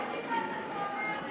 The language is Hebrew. אתה מבין מה אתה אומר?